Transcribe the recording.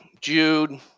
Jude